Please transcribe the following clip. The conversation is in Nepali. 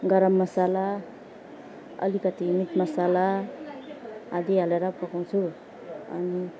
गरम मसला अलिकति मिट मसला आदि हालेर पकाउँछु अनि